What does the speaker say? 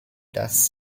does